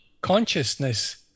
Consciousness